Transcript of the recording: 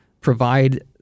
provide